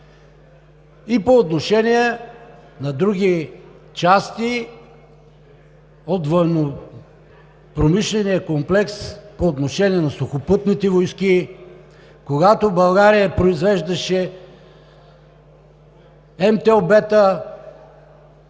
и по отношение на други части от военнопромишления комплекс, по отношение на Сухопътни войски, когато България произвеждаше МТ-ЛБ